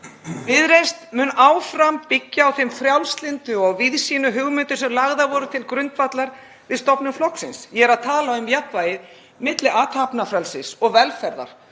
Viðreisn mun áfram byggja á þeim frjálslyndu víðsýnu hugmyndum sem lagðar voru til grundvallar við stofnun flokksins. Ég er að tala um jafnvægið milli athafnafrelsis og velferðar